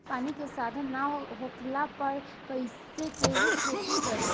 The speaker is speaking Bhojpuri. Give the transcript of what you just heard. पानी के साधन ना होखला पर कईसे केहू खेती करी